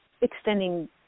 extending